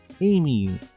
Amy